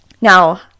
Now